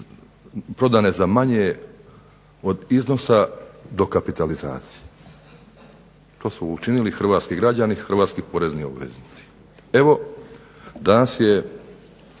prodane za manje od iznosa dokapitalizacije. To su učinili hrvatski građani, hrvatski porezni obveznici. Evo danas je